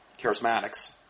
charismatics